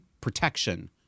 protection